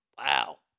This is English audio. Wow